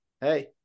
hey